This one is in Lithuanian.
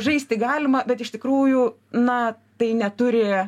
žaisti galima bet iš tikrųjų na tai neturi